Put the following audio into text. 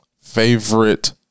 favorite